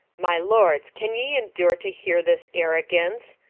my lords, can ye endure to heare this arrogance?